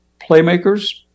Playmakers